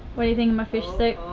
what do you think of my fish soup?